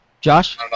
Josh